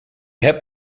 hebt